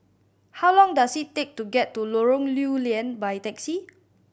how long does it take to get to Lorong Lew Lian by taxi